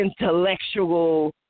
intellectual